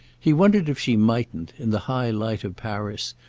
he wondered if she mightn't, in the high light of paris,